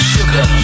Sugar